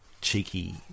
cheeky